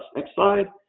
next slide.